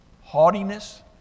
haughtiness